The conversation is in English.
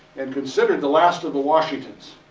and considered the last of the washington's.